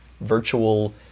virtual